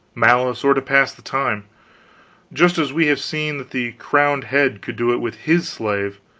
malice, or to pass the time just as we have seen that the crowned head could do it with his slave,